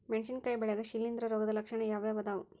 ಮೆಣಸಿನಕಾಯಿ ಬೆಳ್ಯಾಗ್ ಶಿಲೇಂಧ್ರ ರೋಗದ ಲಕ್ಷಣ ಯಾವ್ಯಾವ್ ಅದಾವ್?